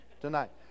tonight